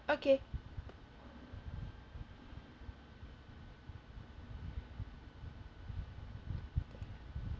okay